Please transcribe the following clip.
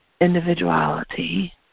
individuality